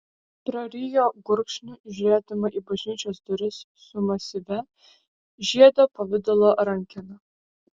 prarijo gurkšnį žiūrėdama į bažnyčios duris su masyvia žiedo pavidalo rankena